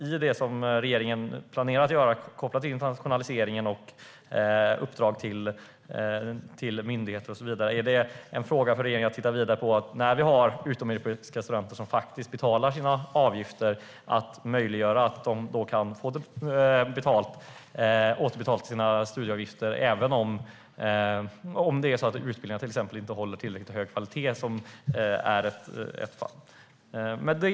I det som regeringen planerar att göra kopplat till internationalisering och uppdrag till myndigheter, tänker regeringen titta på att möjliggöra för utomeuropeiska studenter att få sina studieavgifter återbetalda om utbildningen inte håller tillräckligt hög kvalitet?